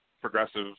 progressive